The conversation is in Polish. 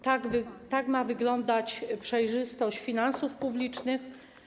Tak ma wyglądać przejrzystość finansów publicznych.